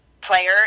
player